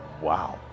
wow